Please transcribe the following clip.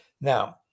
Now